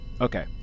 Okay